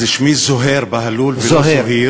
אז שמי זוהֵיר בהלול, ולא זוהִיר.